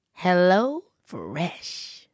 HelloFresh